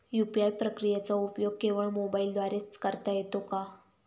UPI प्रक्रियेचा उपयोग केवळ मोबाईलद्वारे च करता येतो का?